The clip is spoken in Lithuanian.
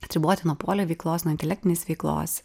atriboti nuo polio veiklos nuo intelektinės veiklos